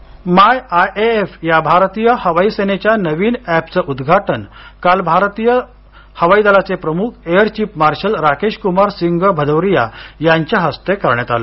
हवाई दल my I A F या भारतीय हवाई सेनेच्या नवीन एप चं उद्घाटन काल भारतीय हवाई दलाचे प्रमुख air chief marshal Rakesh Kumar Singh Bhadauria यांच्या हस्ते करण्यात आलं